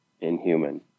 inhuman